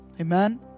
Amen